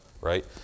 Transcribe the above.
right